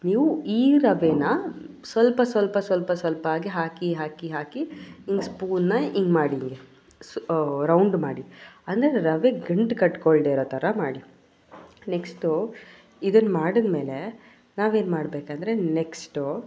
ನೀವು ಈ ರವೆನ ಸ್ವಲ್ಪ ಸ್ವಲ್ಪ ಸ್ವಲ್ಪ ಸ್ವಲ್ಪ ಆಗಿ ಹಾಕಿ ಹಾಕಿ ಹಾಕಿ ಹೀಗ್ ಸ್ಪೂನ್ ನಾ ಹೀಗ್ ಮಾಡಿ ಹೀಗೆ ಸ್ ರೌಂಡ್ ಮಾಡಿ ಅಂದರೆ ರವೆ ಗಂಟು ಕಟ್ಟಿಕೊಳ್ದೇ ಇರೋ ಥರ ಮಾಡಿ ನೆಕ್ಸ್ಟು ಇದನ್ನು ಮಾಡಿದ್ಮೇಲೆ ನಾವೇನು ಮಾಡಬೇಕಂದ್ರೆ ನೆಕ್ಸ್ಟು